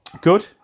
Good